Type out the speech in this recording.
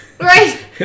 Right